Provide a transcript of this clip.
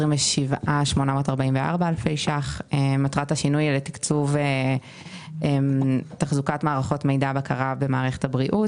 של 27,844 אלפי ₪ לתקצוב תחזוקת מערכות מידע ובקרה במערכת הבריאות